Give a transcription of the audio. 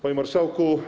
Panie Marszałku!